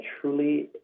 truly